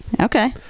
okay